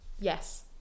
Yes